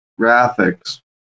graphics